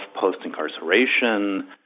post-incarceration